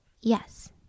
yes